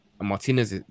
Martinez